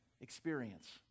experience